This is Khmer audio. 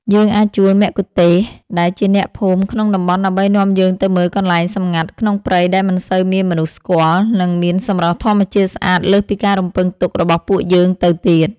យើងអាចជួលមគ្គុទ្ទេសក៍ដែលជាអ្នកភូមិក្នុងតំបន់ដើម្បីនាំយើងទៅមើលកន្លែងសម្ងាត់ក្នុងព្រៃដែលមិនសូវមានមនុស្សស្គាល់ និង មានសម្រស់ធម្មជាតិស្អាតលើសពីការរំពឹងទុករបស់ពួកយើងទៅទៀត។